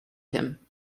him